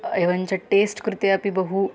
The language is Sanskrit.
एवञ्च टेस्ट् कृते अपि बहु